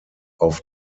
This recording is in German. auf